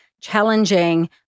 challenging